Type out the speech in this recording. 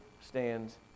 stands